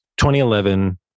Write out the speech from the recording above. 2011